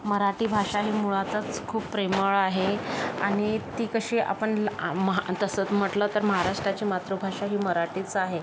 मराठी भाषा ही मुळातच खूप प्रेमळ आहे आणि ती कशी आपण लआ महान तसंच म्हटलं तर महाराष्ट्राची मातृभाषा ही मराठीच आहे